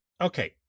Okay